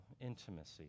intimacy